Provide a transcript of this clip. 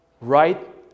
right